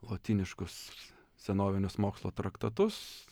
lotyniškus senovinius mokslo traktatus